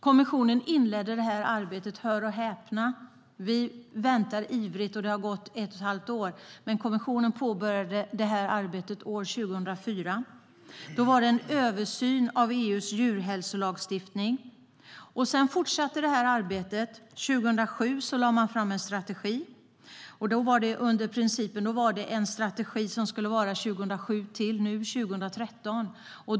Kommissionen inledde arbetet med en översyn av EU:s djurhälsolagstiftning 2004. Detta arbete har fortsatt. År 2007 lade man fram en strategi. Det var en strategi som skulle gälla från 2007 till 2013.